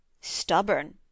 Stubborn